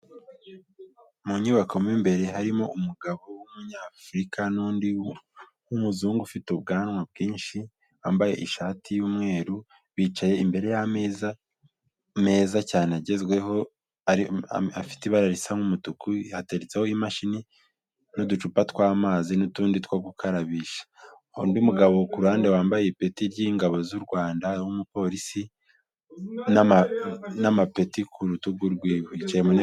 Mu nyubako mu imbere harimo umugabo w'Umunyafurika n'undi w'Umuzungu ufite ubwanwa bwinshi, wambaye ishati y'umweru, bicaye imbere y'ameza meza cyane agezweho afite ibara risa nk'umutuku, hateretseho imashini n'uducupa tw'amazi n'utundi two gukarabisha. Hari undi mugabo ku ruhande wambaye ipeti ry'ingabo z'u Rwanda w'umupolisi n'amapeti ku rutugu rw'iwe, yicaye mu ntebe.